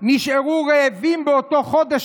נשארו רעבות באותו חודש,